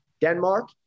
Denmark